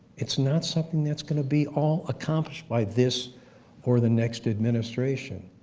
it's not something that's going to be all accomplished by this or the next administration.